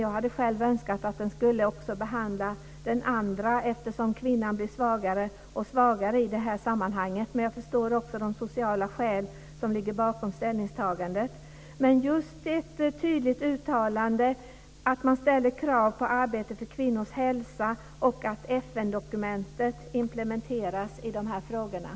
Jag hade själv önskat att den också skulle behandla den andra, eftersom kvinnan blir svagare och svagare i detta sammanhang, men jag förstår också de sociala skäl som ligger bakom ställningstagandet. Men det är viktigt just med ett tydligt uttalande om att man ställer krav på arbetet för kvinnors hälsa och att FN-dokumentet implementeras när det gäller dessa frågor.